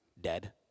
Dead